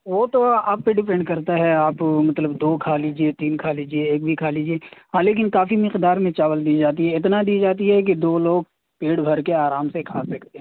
وہ تو آپ پہ ڈیپینڈ کرتا ہے آپ مطلب دو کھا لیجیے تین کھا لیجیے ایک بھی کھا لیجیے ہاں لیکن کافی مقدار میں چاول دی جاتی ہے اتنا دی جاتی ہے کہ دو لوگ پیٹ بھر کے آرام سے کھا سکتے ہیں